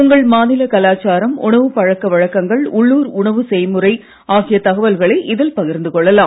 உங்கள் மாநில கலாச்சாரம் உணவுப் பழக்க வழக்கங்கள் உள்ளூர் உணவு செய்முறை ஆகிய தகவல்களை இதில் பகிர்ந்து கொள்ளலாம்